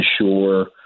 ensure